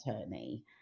attorney